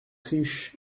riche